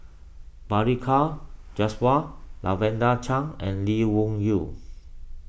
Balli Kaur Jaswal Lavender Chang and Lee Wung Yew